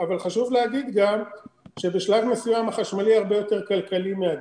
אבל חשוב גם להגיד שבשלב מסוים החשמלי הוא הרבה יותר כלכלי מהדיזל.